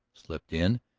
slipped in,